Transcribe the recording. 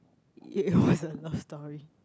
it was a love story